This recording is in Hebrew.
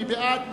מי בעד?